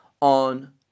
on